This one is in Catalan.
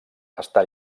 està